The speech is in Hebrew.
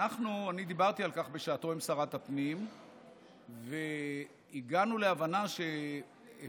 אני דיברתי על כך בשעתו עם שרת הפנים והגענו להבנה שאפשר